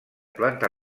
planta